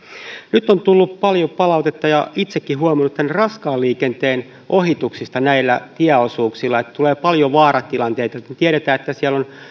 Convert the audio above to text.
nyt on tullut paljon palautetta ja itsekin olen huomioinut että raskaan liikenteen ohituksista näillä tieosuuksilla tulee paljon vaaratilanteita tiedetään että siellä on